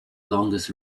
longest